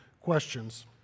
questions